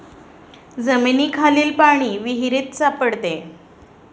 जमिनीखालील पाणी विहिरीत सापडते